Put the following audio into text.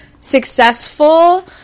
successful